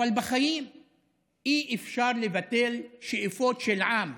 אבל בחיים אי-אפשר לבטל שאיפות של עם,